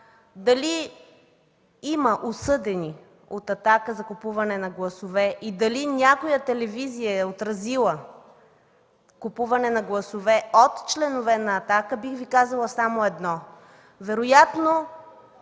дали има осъдени от „Атака” за купуване на гласове и дали някоя телевизия е отразила купуване на гласове от членове на „Атака”, бих Ви казала само едно